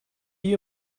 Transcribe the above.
you